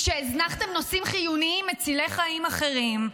כשהזנחתם נושאים חיוניים מצילי חיים אחרים,